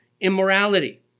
immorality